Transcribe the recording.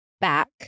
back